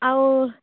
ଆଉ